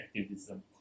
activism